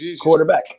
Quarterback